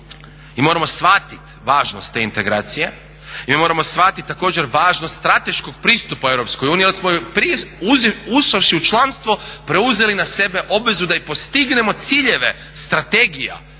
i moramo shvatiti važnost te integracije i moramo shvatiti također važnost strateškog pristupa EU jer smo ušavši u članstvo preuzeli na sebe obvezu da postignemo ciljeve strategija